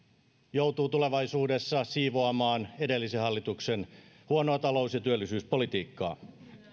joutuu tulevaisuudessa siivoamaan edellisen hallituksen huonoa talous ja työllisyyspolitiikkaa